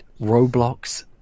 roblox